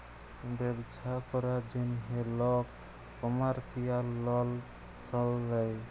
ব্যবছা ক্যরার জ্যনহে লক কমার্শিয়াল লল সল লেয়